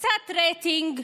קצת רייטינג,